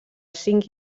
cinc